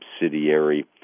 subsidiary